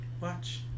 watch